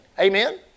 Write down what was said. Amen